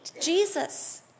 Jesus